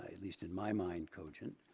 at least in my mind cogent.